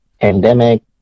pandemic